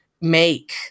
make